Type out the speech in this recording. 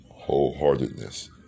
wholeheartedness